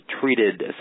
treated